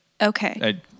Okay